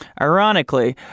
ironically